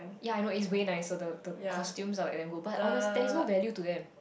ya I know it's way nicer the the costumes are like damn good but honest there is no value to them